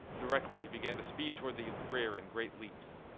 directly he began to speed toward the rear in great leaps.